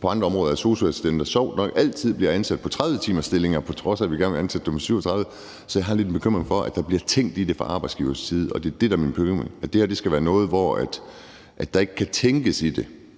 på andre områder, i forhold til at sosu-assistenter sjovt nok altid bliver ansat i 30-timersstillinger, på trods af at vi gerne vil ansætte dem på 37 timer. Så jeg har lidt en bekymring om, at der ville blive tænkt i det fra arbejdsgivernes side. Det er det, der er min bekymring, for det her skal være noget, hvor der ikke kan tænkes i det,